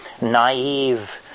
naive